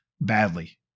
badly